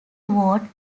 vote